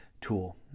tool